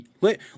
Let